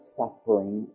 suffering